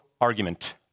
argument